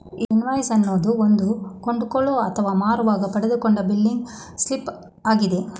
invoice ಅನ್ನೋದು ಒಂದು ಕೊಂಡುಕೊಳ್ಳೋ ಅಥವಾ ಮಾರುವಾಗ ಪಡೆದುಕೊಂಡ ಬಿಲ್ಲಿಂಗ್ ಸ್ಲಿಪ್ ಆಗಿದೆ